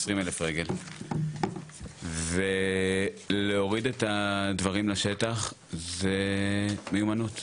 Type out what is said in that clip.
20 אלף רגל, ולהוריד את הדברים לשטח זה מיומנות.